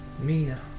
Mina